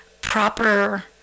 proper